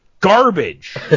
garbage